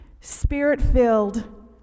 spirit-filled